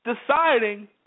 deciding